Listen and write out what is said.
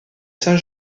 saint